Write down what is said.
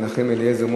מנחם אליעזר מוזס,